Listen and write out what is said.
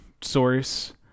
source